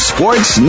Sports